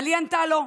אבל היא ענתה לו: